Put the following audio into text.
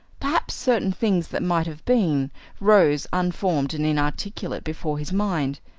perhaps certain things that might have been rose unformed and inarticulate before his mind.